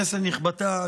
כנסת נכבדה,